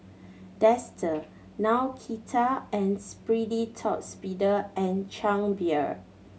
Dester Nautica and Sperry Top Sider and Chang Beer